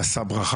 אז שא ברכה,